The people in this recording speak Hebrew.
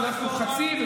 הצלחנו חצי,